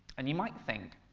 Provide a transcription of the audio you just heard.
and you might think,